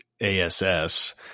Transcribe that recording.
ASS